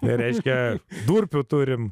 nereiškia durpių turime